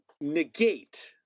negate